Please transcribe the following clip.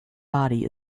body